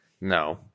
No